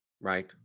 right